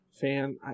fan